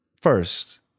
first